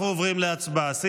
אנחנו עוברים להצבעה.